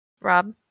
rob